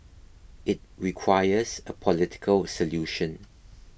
it requires a political solution